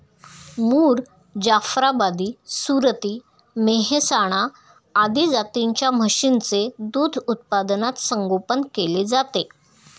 मुर, जाफराबादी, सुरती, मेहसाणा आदी जातींच्या म्हशींचे दूध उत्पादनात संगोपन केले जाते